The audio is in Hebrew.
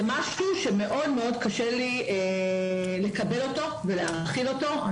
זה משהו שמאוד מאוד קשה לי לקבל ולהכיל אותו.